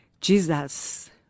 Jesus